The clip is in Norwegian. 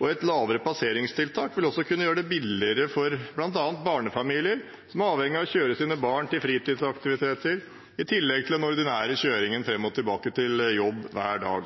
og et lavere passeringstak vil også kunne gjøre det billigere for bl.a. barnefamilier, som er avhengige av å kjøre sine barn til fritidsaktiviteter, i tillegg til den ordinære kjøringen frem og tilbake til jobb hver dag.